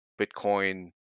Bitcoin